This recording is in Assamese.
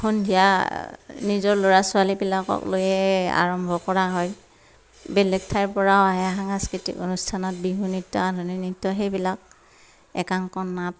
সন্ধিয়া নিজৰ ল'ৰা ছোৱালাী বিলাকক লৈয়ে আৰম্ভ কৰা হয় বেলেগ ঠাইৰপৰাও আহে সাংস্কৃতিক অনুষ্ঠানত বিহু নৃত্য আধুনিক নৃত্য সেইবিলাক একাংক নাট